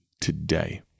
today